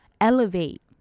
elevate